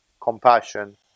compassion